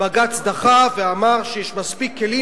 בג"ץ דחה ואמר שיש מספיק כלים,